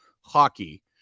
hockey